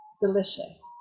delicious